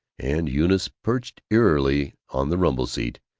and eunice perched eerily on the rumble seat,